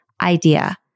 idea